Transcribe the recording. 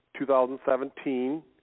2017